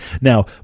Now